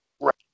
Right